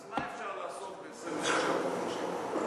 אז מה אפשר לעשות ב-26 מיליון שקל?